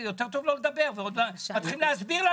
ומתחילים להסביר.